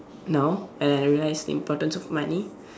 now and I realised importance of money